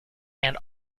and